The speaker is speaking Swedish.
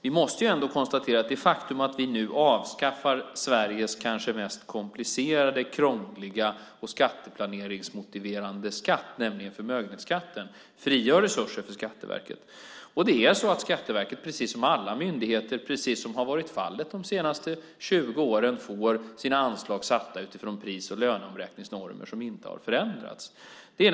Vi måste ändå konstatera att det faktum att vi nu avskaffar Sveriges kanske mest komplicerade, krångliga och skatteplaneringsmotiverande skatt, nämligen förmögenhetsskatten, frigör resurser för Skatteverket. Skatteverket får, precis som för alla myndigheter de senaste 20 åren, sitt anslag satt utifrån pris och löneomräkningsnormer som inte har förändrats.